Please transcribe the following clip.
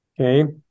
okay